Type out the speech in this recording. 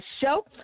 Show